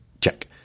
Check